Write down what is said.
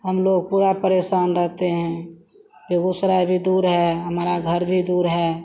हमलोग पूरा परेशान रहते हैं बेगूसराय भी दूर है हमारा घर भी दूर है